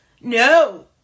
No